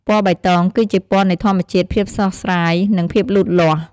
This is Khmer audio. ពណ៌បៃតង គឺជាពណ៌នៃ ធម្មជាតិ ភាពស្រស់ស្រាយ និង ភាពលូតលាស់។